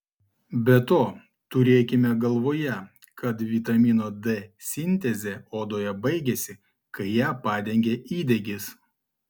be to turėkime galvoje kad vitamino d sintezė odoje baigiasi kai ją padengia įdegis